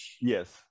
Yes